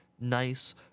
nice